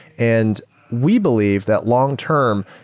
and we believe that long-term,